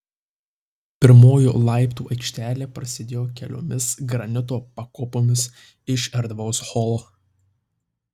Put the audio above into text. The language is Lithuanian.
pirmoji laiptų aikštelė prasidėjo keliomis granito pakopomis iš erdvaus holo